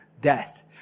death